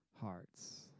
hearts